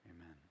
Amen